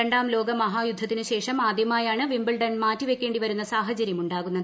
രണ്ടാം ്ലോക മഹായുദ്ധത്തിന് ശേഷം ആദ്യമായാണ് വിമ്പിൾടണ്ണൂ മാറ്റിവയ്ക്കേണ്ടി വരുന്ന സാഹചര്യം ഉണ്ടാകുന്നത്